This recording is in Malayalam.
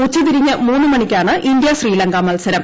ഉച്ചതിരിഞ്ഞ് മൂന്ന് മണിക്കാണ് ഇന്ത്യ ശ്രീലങ്ക മത്സരം